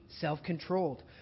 self-controlled